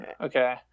Okay